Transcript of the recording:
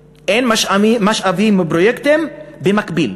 אַין, אין משאבים ופרויקטים במקביל.